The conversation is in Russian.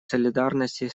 солидарности